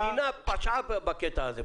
המדינה פשעה בקטע הזה.